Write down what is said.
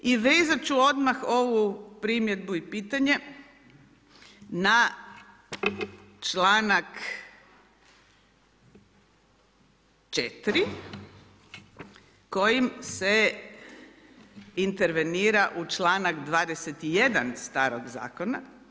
I vezati ću odmah ovu primjedbu i pitanje na čl. 4. kojim se intervenira u čl. 21. starog zakona.